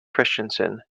christensen